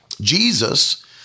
Jesus